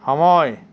সময়